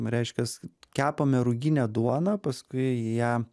reiškias kepame ruginę duoną paskui ją